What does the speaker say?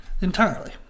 entirely